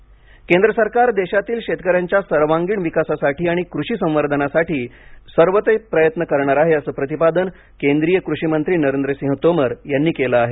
तोमर केंद्र सरकार देशातील शेतकऱ्यांच्या सर्वांगीण विकासासाठी आणि कृषी संवर्धनासाठी सरकार सर्व शक्य पावले उचलत आहे असं प्रतिपादन केंद्रीय कृषिमंत्री नरेंद्रसिंह तोमर यांनी केलं आहे